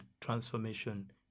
transformation